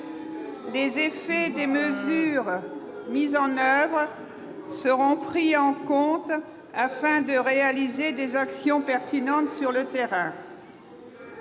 Les effets des mesures mises en oeuvre seront pris en compte afin de réaliser des actions pertinentes sur le terrain.